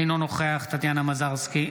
אינו נוכח טטיאנה מזרסקי,